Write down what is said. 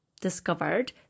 discovered